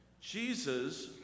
Jesus